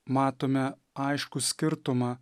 matome aiškų skirtumą